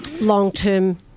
long-term